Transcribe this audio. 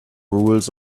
rules